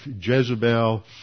Jezebel